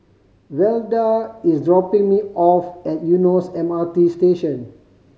Velda is dropping me off at Eunos M R T Station